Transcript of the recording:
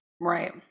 Right